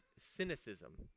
cynicism